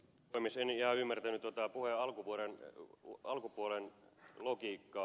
en ihan ymmärtänyt tuota puheen alkupuolen logiikkaa